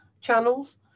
channels